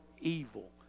evil